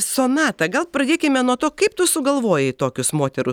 sonata gal pradėkime nuo to kaip tu sugalvojai tokius moterų